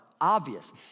obvious